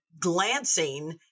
glancing